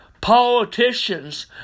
Politicians